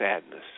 sadness